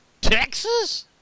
Texas